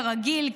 כרגיל,